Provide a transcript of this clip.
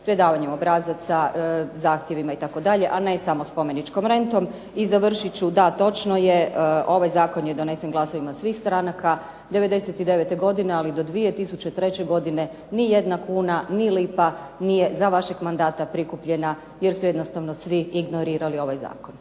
predavanjem obrazaca, zahtjevima itd. a ne samo spomeničkom rentom. I završit ću, da točno je ovaj zakon je donesen glasovima svih stranaka '99.-te godine, ali do 2003. godine ni jedna kuna, ni lipa nije za vašeg mandata prikupljena jer su jednostavno svi ignorirali ovaj zakon.